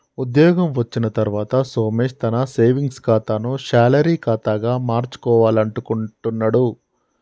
ఉద్యోగం వచ్చిన తర్వాత సోమేష్ తన సేవింగ్స్ ఖాతాను శాలరీ ఖాతాగా మార్చుకోవాలనుకుంటున్నడు